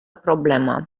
problemă